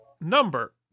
number